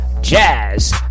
jazz